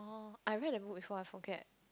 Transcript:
oh I read the book before I forget